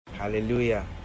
hallelujah